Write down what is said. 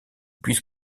puisse